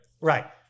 Right